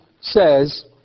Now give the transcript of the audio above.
says